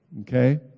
okay